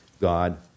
God